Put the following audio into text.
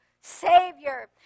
Savior